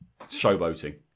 showboating